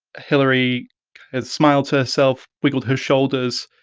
hilary and smiled to herself, wiggled her shoulders,